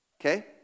okay